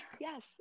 yes